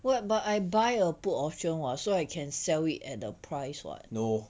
no